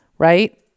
Right